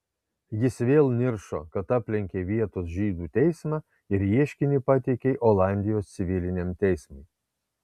jis vėl niršo kad aplenkei vietos žydų teismą ir ieškinį pateikei olandijos civiliniam teismui